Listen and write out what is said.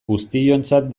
guztiontzat